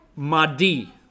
Madi